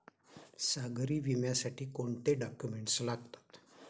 सागरी विम्यासाठी कोणते डॉक्युमेंट्स लागतात?